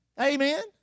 Amen